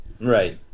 Right